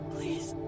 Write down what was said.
Please